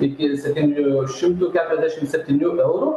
iki septynių šimtų keturiasdešimt septynių eurų